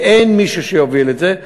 כי אין מישהו שיוביל את זה,